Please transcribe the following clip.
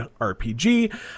RPG